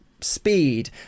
speed